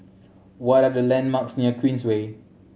what are the landmarks near Queensway